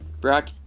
Brock